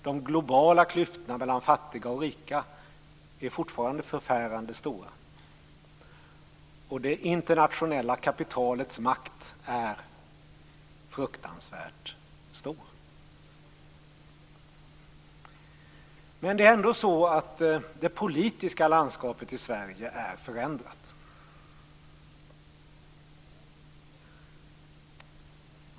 De globala klyftorna mellan fattiga och rika är fortfarande förfärande stora. Det internationella kapitalets makt är fruktansvärt stor. Men det politiska landskapet i Sverige är förändrat.